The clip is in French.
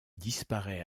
disparaît